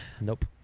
Nope